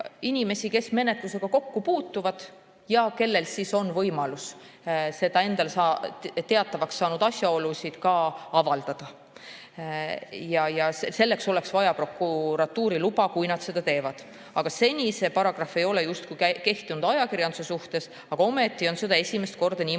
inimesi, kes menetlusega kokku puutuvad ja kellel on võimalus neid endale teatavaks saanud asjaolusid avaldada. Selleks oleks vaja prokuratuuri luba, kui nad seda teevad. Seni ei ole see paragrahv justkui kehtinud ajakirjanduse kohta, aga ometi on seda nüüd esimest korda niimoodi